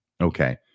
Okay